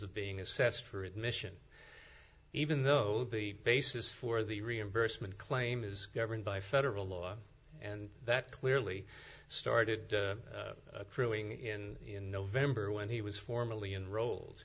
of being assessed for admission even though the basis for the reimbursement claim is governed by federal law and that clearly started accruing in november when he was formally unrolled